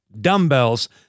dumbbells